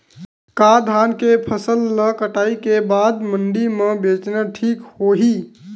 का धान के फसल ल कटाई के बाद मंडी म बेचना ठीक होही?